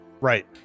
right